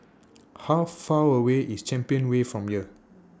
How Far away IS Champion Way from here